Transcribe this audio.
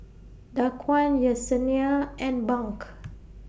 Daquan Yessenia and Bunk